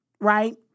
right